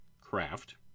craft